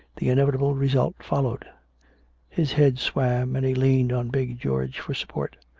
the inevitable result followed his head swam, and he leaned on big george for support.